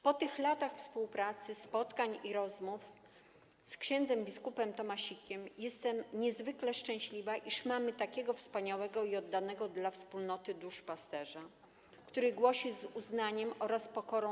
Po tych latach współpracy, spotkań i rozmów z ks. bp. Tomasikiem jestem niezwykle szczęśliwa, iż mamy takiego wspaniałego i oddanego dla wspólnoty duszpasterza, który głosi z uznaniem oraz pokorą